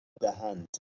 دهند